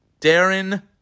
Darren